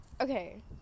Okay